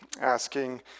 asking